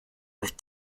with